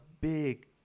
big